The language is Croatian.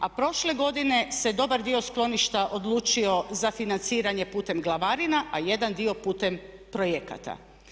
A prošle godine se dobar dio skloništa odlučio za financiranje putem glavarina, a jedan dio putem projekata.